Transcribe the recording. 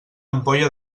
ampolla